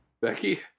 Becky